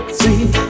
sweet